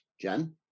Jen